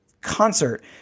concert